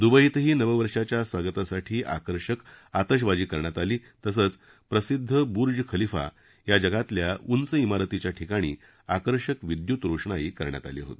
दुबईतही नववर्षाच्या स्वागतासाठी आकर्षक आतषबाजी करण्यात आली तसंच प्रसिद्ध बुर्ज खलिफा या जगातल्या या उंच इमारतीच्या ठिकाणी आकर्षक विद्युत रोषणाई करण्यात आली होती